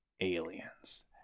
aliens